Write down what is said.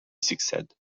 succède